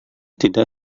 tidak